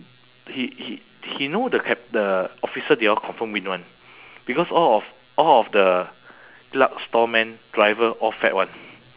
he he he know the cap~ the officer they all confirm win [one] because all of all of the clerk storeman driver all fat [one]